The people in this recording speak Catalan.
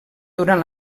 durant